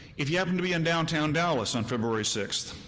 if you happen to be in downtown dallas on february six,